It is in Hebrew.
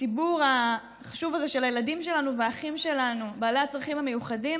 הציבור החשוב הזה של הילדים שלנו והאחים שלנו בעלי הצרכים המיוחדים,